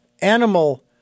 animal